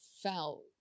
felt